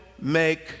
make